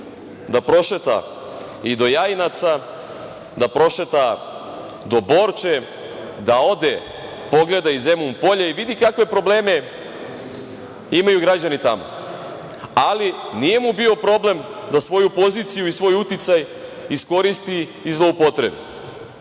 da prošeta i do Jajinaca, da prošeta do Borče, da ode i pogleda i Zemun Polje i da vidi kakve probleme imaju građani tamo, ali nije mu bio problem da svoju poziciju i svoj uticaj iskoristi i zloupotrebi. Znate,